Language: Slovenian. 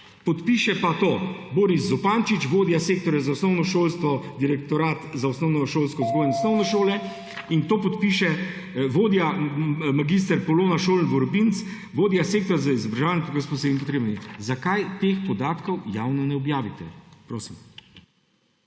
Podpiše pa to Boris Zupančič, vodja Sektorja za osnovno šolstvo, Direktorat za predšolsko vzgojo in osnovno šolstvo. In to podpiše vodja mag. Polona Šoln Vrbinc, vodja Sektorja za izobraževanje otrok s posebnimi potrebami. Zakaj teh podatkov javno ne objavite? Prosim.